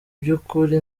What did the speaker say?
by’ukuri